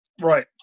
Right